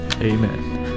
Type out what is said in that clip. amen